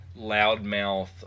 loudmouth